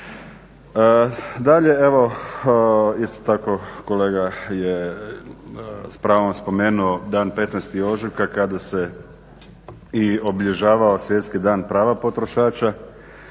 Dalje evo isto tako kolega je s pravom spomenuo dan 15. ožujka kada se i obilježavao Svjetski dan prava potrošača.